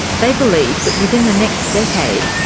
they believe that within the next decade,